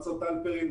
מצות הלפרין,